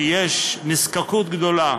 שיש נזקקות גדולה